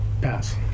Pass